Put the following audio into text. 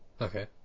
Okay